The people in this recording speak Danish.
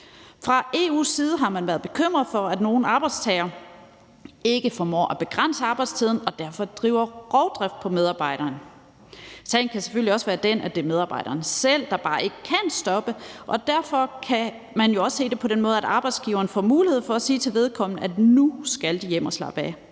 Fra EU's side har man været bekymret for, at nogle arbejdsgivere ikke formår at begrænse arbejdstiden og derfor driver rovdrift på medarbejderen. Sagen kan selvfølgelig også være den, at det er medarbejderen selv, der bare ikke kan stoppe, og derfor kan man jo også se det på den måde, at arbejdsgiveren får mulighed for at sige til vedkommende, at nu skal de hjem og slappe af.